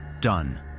Done